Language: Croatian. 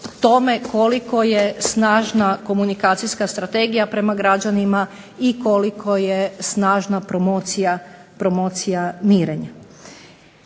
tome koliko je snažna komunikacijska strategija prema građanima i koliko je snažna promocija mirenja.